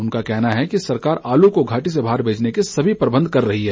उनका कहना है कि सरकार आलू को घाटी से बाहर भेजने के सभी प्रबंध कर रही है